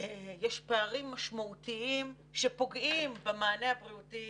יש פערים משמעותיים שפוגעים במענה הבריאותי